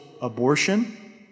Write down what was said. abortion